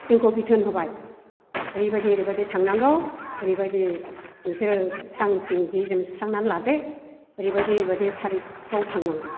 जोंखौ बिथोन होबाय ओरैबायदि ओरैबायदि थांनांगौ ओरैबायदि नोंसोरो स्रां स्रिं जि जोम सुस्रांनानै लादो ओरैबायदि ओरैबायदि थारिकआव थांनांगौ